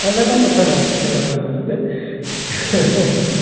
न न तथा नास्ति तथा नास्ति